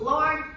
Lord